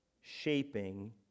shaping